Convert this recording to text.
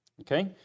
Okay